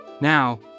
Now